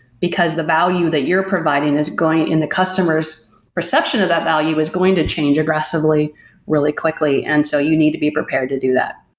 because the value that you're providing is going in the customer s so perception of that value is going to change aggressively really quickly. and so you need to be prepared to do that.